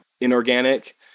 inorganic